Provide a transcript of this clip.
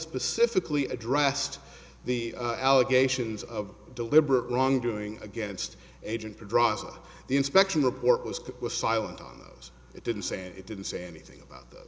specifically addressed the allegations of deliberate wrongdoing against agent droste the inspection report was was silent on those it didn't say and it didn't say anything about th